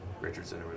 Richardson